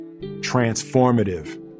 transformative